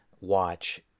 watch